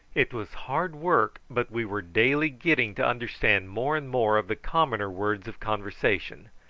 it was hard work, but we were daily getting to understand more and more of the commoner words of conversation,